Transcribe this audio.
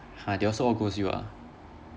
!huh! they also want ghost you ah